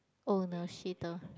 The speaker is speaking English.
owner she the